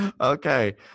okay